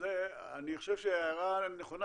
אני חושב שההערה נכונה,